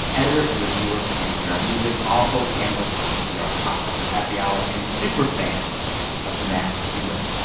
editor and reviewer for npr music, also panelist on npr's pop culture happy hour and superfan of the masked singer.